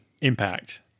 Impact